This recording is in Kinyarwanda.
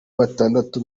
batandatu